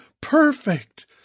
Perfect